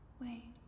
Wait